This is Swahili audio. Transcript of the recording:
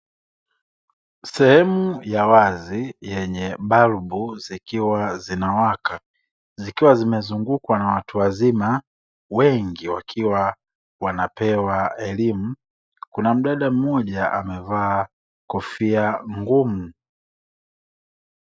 Sehemu ya wazi yenye balbu zinawaka, zikiwa zimezungukwa na watu wazima wengi, wakiwa wanapewa elimu. Kuna mdada mmoja akiwa amevaa kofia ngumu.